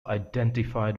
identified